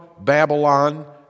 Babylon